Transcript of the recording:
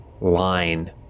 Line